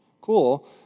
Cool